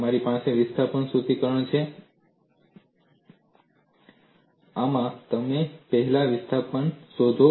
તમારી પાસે વિસ્થાપન સૂત્રીકરણ છે આમાં તમે પહેલા વિસ્થાપન શોધો